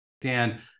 Dan